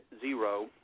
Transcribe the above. zero